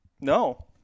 No